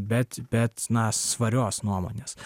bet bet na svarios nuomonės